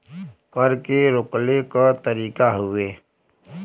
कर के रोकले क तरीका हउवे